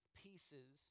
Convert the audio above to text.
pieces